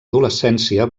adolescència